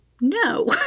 No